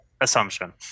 assumption